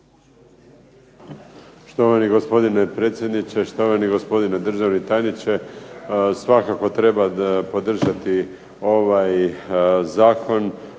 Štovani gospodine predsjedniče, štovani gospodine državni tajniče. Svakako treba podržati ovaj zakon